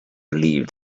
believed